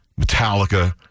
Metallica